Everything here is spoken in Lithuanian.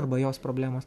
arba jos problema